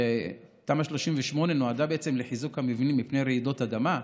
שתמ"א 38 נועדה בעצם לחיזוק המבנים מפני רעידות אדמה,